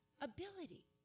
ability